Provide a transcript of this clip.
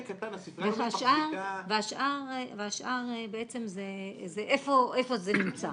והשאר בעצם זה איפה זה נמצא.